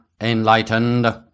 enlightened